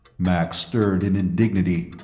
max stirred in indignity.